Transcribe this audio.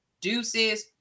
Deuces